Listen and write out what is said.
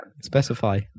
Specify